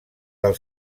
del